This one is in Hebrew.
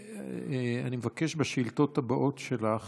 אני מבקש שבשאילתות הבאות שלך